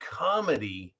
comedy